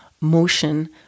motion